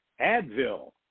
Advil